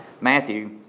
Matthew